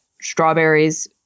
strawberries